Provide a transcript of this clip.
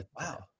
Wow